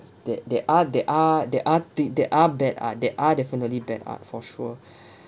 that there are there are there are thing there are bad art there are definitely bad art for sure